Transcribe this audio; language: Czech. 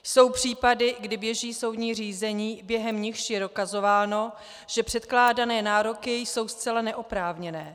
Jsou případy, kdy běží soudní řízení, během nichž je dokazováno, že předkládané nároky jsou zcela neoprávněné.